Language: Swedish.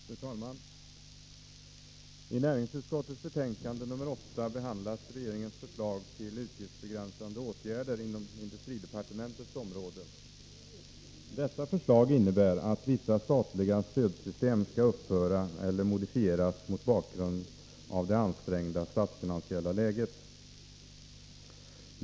Fru talman! I näringsutskottets betänkande nr 8 behandlas regeringens förslag till utgiftsbegränsande åtgärder inom industridepartementets område. Dessa förslag innebär att vissa statliga stödsystem skall upphöra eller modifieras mot bakgrund av det ansträngda statsfinansiella läget.